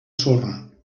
sorra